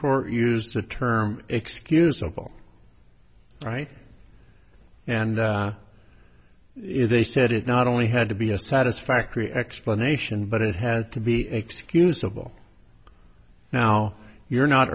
court used the term excusable right and they said it not only had to be a satisfactory explanation but it had to be excusable now you're not